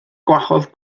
gwahodd